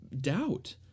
doubt